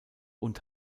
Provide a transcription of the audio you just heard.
und